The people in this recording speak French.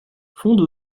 fonde